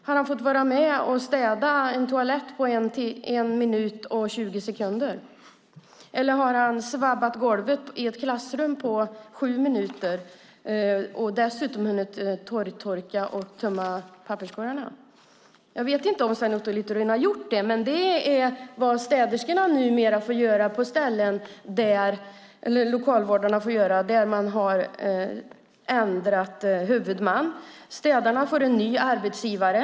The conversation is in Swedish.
Har han fått vara med och städa en toalett på 1 minut och 20 sekunder? Eller har han svabbat golvet i ett klassrum på sju minuter och dessutom hunnit torrtorka och tömma papperskorgarna? Jag vet inte om Sven Otto Littorin har gjort det, men det är vad lokalvårdarna numera får göra på ställen där man har ändrat huvudman. Städarna får en ny arbetsgivare.